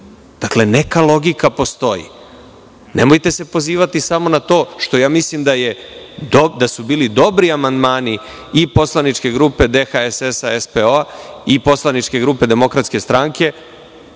Dakle, neka logika postoji. Nemojte se pozivati samo na to što mislim da su bili dobri amandmani i poslaničke grupe DHSS-SPO i poslaničke grupe DS, i onaj